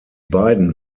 beiden